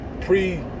pre